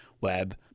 web